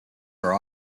are